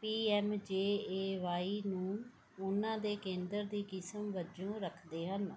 P M J A Y ਨੂੰ ਉਹਨਾਂ ਦੇ ਕੇਂਦਰ ਦੀ ਕਿਸਮ ਵਜੋਂ ਰੱਖਦੇ ਹਨ